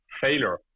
failure